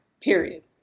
period